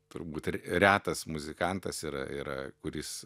turbūt ir retas muzikantas yra yra kuris